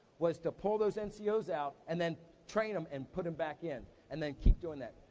was to pull those and so ncos out, and then train em and put em back in. and then keep doing that.